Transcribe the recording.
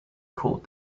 called